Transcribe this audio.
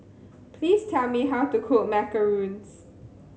please tell me how to cook Macarons